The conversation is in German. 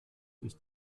ist